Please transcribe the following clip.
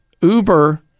Uber